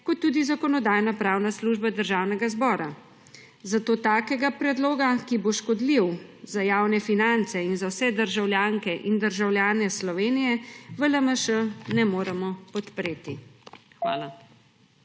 in tudi Zakonodajno-pravna služba Državnega zbora. Zato takega predloga, ki bo škodljiv za javne finance in za vse državljanke in državljane Slovenije, v LMŠ ne moremo podpreti. Hvala.